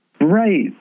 Right